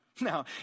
Now